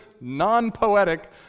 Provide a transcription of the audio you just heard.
non-poetic